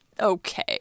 okay